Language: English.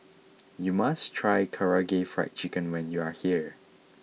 you must try Karaage Fried Chicken when you are here